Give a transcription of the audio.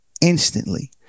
instantly